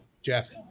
Jeff